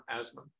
asthma